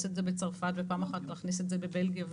את זה בצרפת ופעם אחת להכניס את זה בבלגיה וכולי.